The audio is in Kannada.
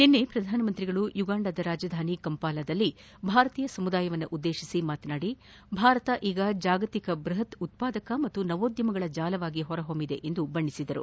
ನಿನ್ನೆ ಪ್ರಧಾನಮಂತ್ರಿಗಳು ಉಗಾಂಡದ ರಾಜಧಾನಿ ಕಂಪಾಲದಲ್ಲಿ ಭಾರತೀಯ ಸಮುದಾಯವನ್ನು ಉದ್ದೇತಿಸಿ ಮಾತನಾಡಿ ಭಾರತ ಈಗ ಜಾಗತಿಕ ಬ್ಲಹತ್ ಉತ್ಪಾದಕ ಮತ್ತು ನವೋದ್ಯಮಗಳ ಜಾಲವಾಗಿ ಹೊರಹೊಮ್ನಿದೆ ಎಂದು ಬಣ್ಣೆಸಿದರು